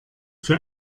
für